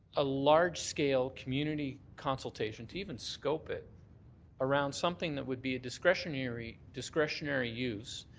a large scale community consultation, to even scope it around something that would be a discretionary discretionary use,